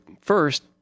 First